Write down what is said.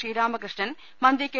ശ്രീരാമകൃഷ്ണൻ മന്ത്രി കെ